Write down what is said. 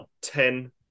ten